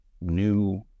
new